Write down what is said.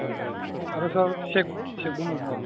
औ आरो सार सेर सेकबुख मोनो नामा